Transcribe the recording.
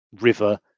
river